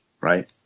right